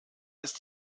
ist